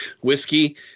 Whiskey